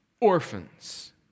Orphans